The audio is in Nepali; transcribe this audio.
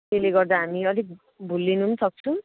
त्यसले गर्दा हामी अलिक भुल्लिनु पनि सक्छौँ